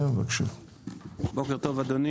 בוקר טוב אדוני.